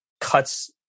cuts